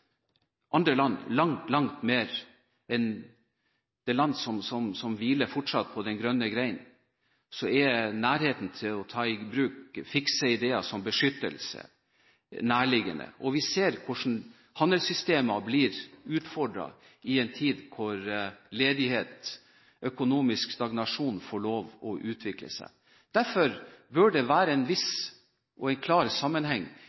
andre land langt mer enn det land som fortsatt hviler på den grønne gren, at det å ta i bruk fikse ideer som beskyttelse er nærliggende. Vi ser hvordan handelssystemer blir utfordret i en tid da ledighet og økonomisk stagnasjon får lov til å utvikle seg. Derfor bør det være en klar sammenheng